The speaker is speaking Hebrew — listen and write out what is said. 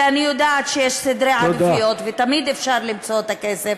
כי אני יודעת שיש סדרי עדיפויות ותמיד אפשר למצוא את הכסף.